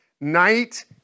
Night